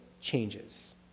changes